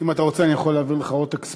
אם אתה רוצה אני יכול להעביר לך עותק ספייר.